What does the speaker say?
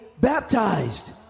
baptized